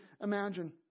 imagine